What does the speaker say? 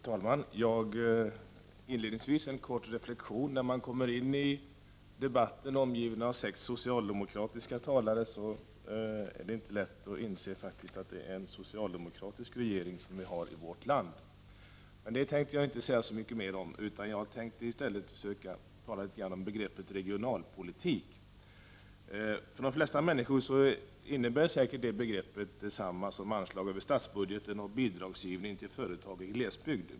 Fru talman! Inledningsvis vill jag göra en kort reflexion. När man kommer in i debatten omgiven av sex socialdemokratiska talare, är det inte lätt att inse att det är en socialdemokratisk regering som vi har i vårt land. Men det tänker jag inte säga så mycket mer om, utan jag vill i stället tala litet om begreppet regionalpolitik. För de flesta människor innebär säkert regionalpolitik detsamma som anslag över statsbudgeten och bidragsgivning till företag i glesbygd.